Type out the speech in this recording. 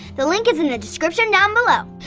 the link is in the description down below.